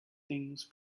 things